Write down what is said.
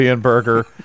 burger